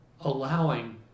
allowing